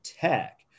tech